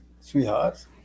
sweethearts